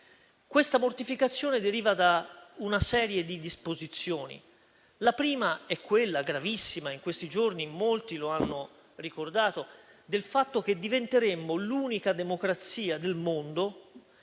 Questa mortificazione deriva da una serie di disposizioni. La prima è gravissima: come in questi giorni molti hanno ricordato, diventeremo l'unica democrazia del mondo